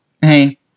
hey